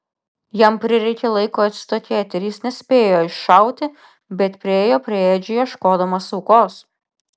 jam prireikė laiko atsitokėti ir jis nespėjo iššauti bet priėjo prie ėdžių ieškodamas aukos